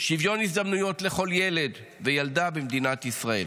הזדמנויות לכל ילד וילדה במדינת ישראל.